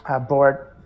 board